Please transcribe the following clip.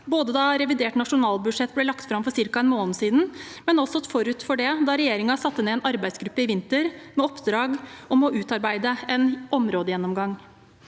både da revidert nasjonalbudsjett ble lagt fram for ca. en måned siden, og forut for det, da regjeringen satte ned en arbeidsgruppe i vinter med oppdrag om å utarbeide en områdegjennomgang.